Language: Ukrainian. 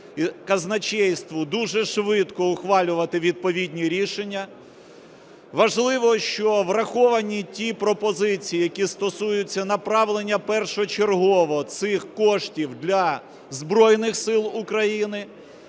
казначейству дуже швидко ухвалювати відповідні рішення. Важливо, що враховані ті пропозиції, які стосуються направлення першочергово цих коштів для Збройних Сил України